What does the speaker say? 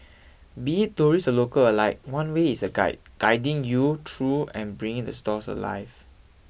be it tourists or local alike one way is a guide guiding you through and bringing the stories alive